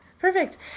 Perfect